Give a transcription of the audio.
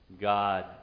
God